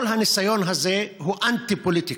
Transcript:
כל הניסיון הזה הוא אנטי-פוליטיקה.